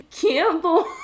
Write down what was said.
Campbell